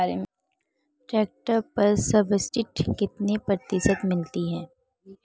Tractor पर subsidy कितने प्रतिशत मिलती है?